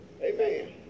Amen